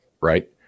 right